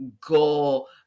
goal